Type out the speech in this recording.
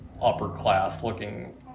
upper-class-looking